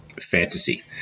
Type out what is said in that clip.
Fantasy